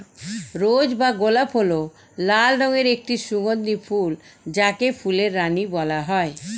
রোজ বা গোলাপ হল লাল রঙের একটি সুগন্ধি ফুল যাকে ফুলের রানী বলা হয়